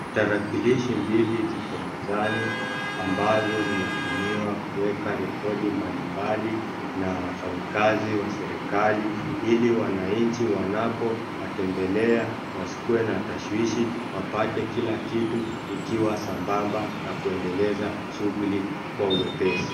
Tarakilishi mbili ziko mezani, ambazo zinatumiwa kuweka rekodi mbalimbali na wafanyikazi wa serikali ili wananchi wanapowatembelea wasikuwe na tashwishwi, wapate kila kitu ikiwa sambamba na kuendeleza shughuli kwa wepesi.